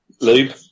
Lube